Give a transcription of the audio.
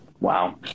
Wow